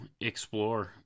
explore